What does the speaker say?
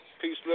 Peace